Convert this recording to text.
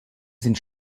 sind